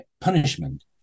punishment